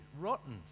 rotten